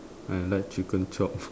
I like chicken chop